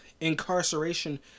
incarceration